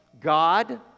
God